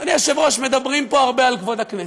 אדוני היושב-ראש, מדברים פה הרבה על כבוד הכנסת.